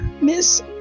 miss